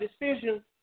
decision